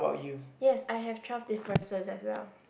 yes I have twelve differences as well